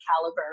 caliber